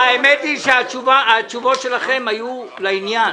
האמת שהתשובות שלכם היו לעניין.